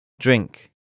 Drink